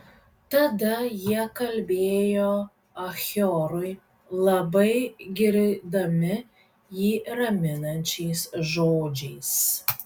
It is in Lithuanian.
tada jie kalbėjo achiorui labai girdami jį raminančiais žodžiais